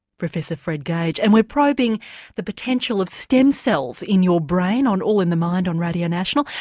professor fred gage, and we're probing the potential of stem cells in your brain on all in the mind on radio national,